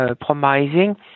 promising